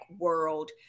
world